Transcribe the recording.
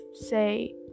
say